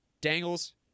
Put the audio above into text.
Dangles